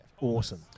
awesome